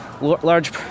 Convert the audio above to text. Large